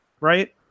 right